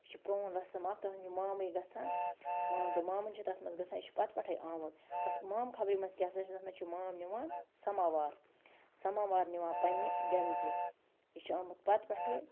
یہِ چھِ پروٗن رسم اَکھ تٔہٕنٛدِ مامٕے گژھان مام تہٕ مامٕنۍ چھِ تَتھ منٛز گژھان یہِ چھِ پَتہٕ پٮ۪ٹھٕے آمُت تَتھ مامہٕ خبرِ منٛز کیٛاہ سا چھِ تَتھ منٛز چھِ مام نِوان سماوار سماوار نِوان پَنٛنہِ بٮ۪نزِ یہِ چھِ آمُت پَتہٕ پٮ۪ٹھٕے